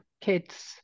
kids